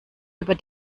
über